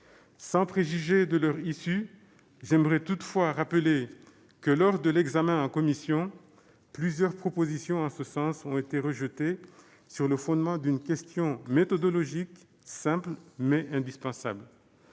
Sans préjuger de leur issue, j'aimerais toutefois rappeler que, lors de l'examen en commission, plusieurs propositions allant dans ce sens ont été rejetées sur le fondement d'une question méthodologique simple, mais indispensable